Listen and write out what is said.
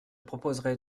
proposerai